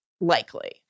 likely